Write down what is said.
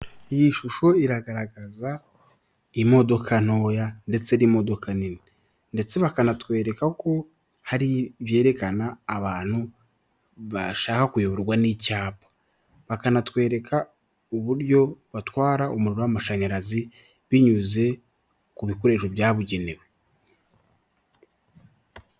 Iyi shusho iragaragaza imodoka ntoya ndetse n'imodoka nini, ndetse bakanatwereka ko hari ibyerekana abantu bashaka kuyoborwa n'icyapa bakanatwereka uburyo batwara umuriro w'amashanyarazi binyuze ku bikoresho byabugenewe.